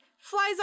Flies